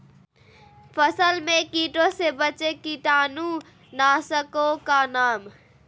फसल में कीटों से बचे के कीटाणु नाशक ओं का नाम?